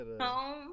home